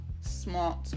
SMART